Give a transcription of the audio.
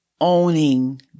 owning